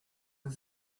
the